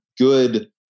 good